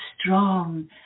strong